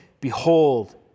behold